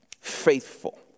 faithful